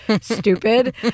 stupid